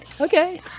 Okay